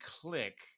click